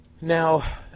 Now